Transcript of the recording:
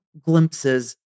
glimpses